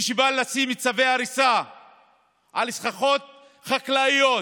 מי שבא לשים צווי הריסה על סככות חקלאיות,